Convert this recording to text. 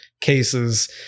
cases